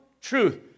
truth